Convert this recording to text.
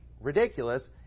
ridiculous